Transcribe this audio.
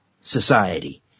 Society